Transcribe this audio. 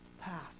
pass